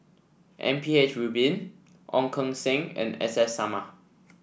M P H Rubin Ong Keng Sen and S S Sarma